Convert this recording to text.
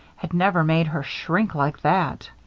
had never made her shrink like that.